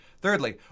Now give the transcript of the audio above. Thirdly